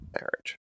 marriage